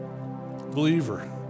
Believer